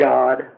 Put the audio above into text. God